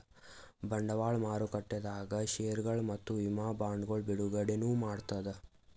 ಬಂಡವಾಳ್ ಮಾರುಕಟ್ಟೆದಾಗ್ ಷೇರ್ಗೊಳ್ ಮತ್ತ್ ವಿಮಾ ಬಾಂಡ್ಗೊಳ್ ಬಿಡುಗಡೆನೂ ಮಾಡ್ತದ್